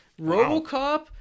robocop